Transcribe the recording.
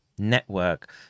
network